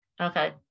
Okay